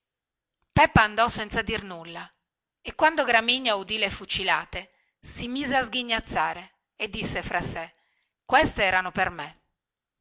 peppa andò senza dir nulla e quando gramigna udì la fucilata si mise a sgignazzare e disse fra sè questa era per me